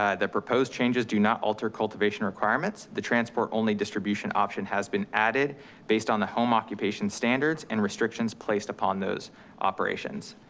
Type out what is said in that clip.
ah the proposed changes do not alter cultivation requirements. the transport only distribution option has been added based on the home occupation standards and restrictions placed upon those operations.